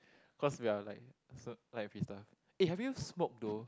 cause we are like so like a free stuff eh have you smoked though